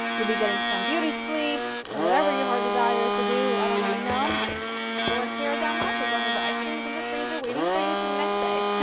you'll be getting some beauty sleep, or whatever your heart desires to do. i don't really know or care that much as long as the ice cream is in the freezer, waiting for you for the next day.